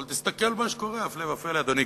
אבל תסתכל מה שקורה, הפלא ופלא, אדוני.